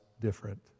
different